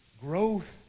Growth